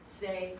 say